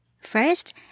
First